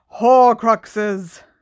horcruxes